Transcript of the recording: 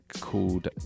called